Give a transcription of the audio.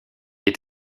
est